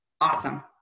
awesome